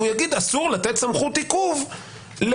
והוא יגיד: אסור לתת סמכות עיכוב לפקח.